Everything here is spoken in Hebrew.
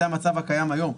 זה המצב הקיים היום.